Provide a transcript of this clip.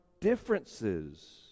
differences